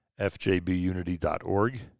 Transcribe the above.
fjbunity.org